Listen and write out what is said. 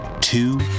two